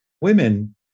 women